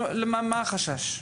מה החשש?